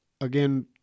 again